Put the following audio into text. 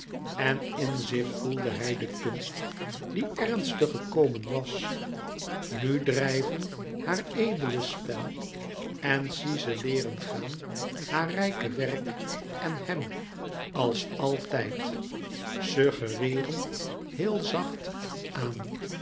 en in zich voelde hij de kunst die ernstig gekomen was nu drijven haar edele spel en cizeleeren gaan haar rijke werk en hem als altijd suggereeren heel zacht aan